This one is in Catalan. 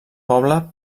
poble